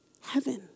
Heaven